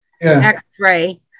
x-ray